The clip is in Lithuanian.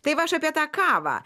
tai va aš apie tą kavą